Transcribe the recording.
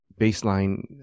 baseline